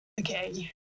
okay